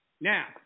Now